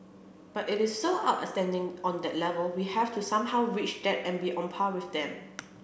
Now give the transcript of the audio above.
but it is so outstanding on that level we have to somehow reach that and be on par with them